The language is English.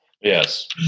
Yes